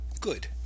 Good